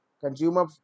Consumer